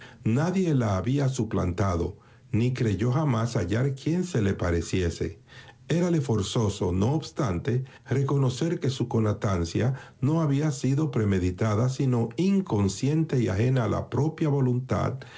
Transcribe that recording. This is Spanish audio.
nadie la había suplantado ni creyó jamás hallar quien se le pareciese erale forzoso no obstante reconocer que su constancia no había sido premeditada sino inconsciente y ajena a la propia voluntad